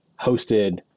hosted